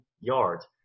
yards